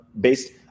based